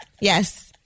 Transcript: Yes